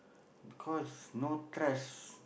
because no trust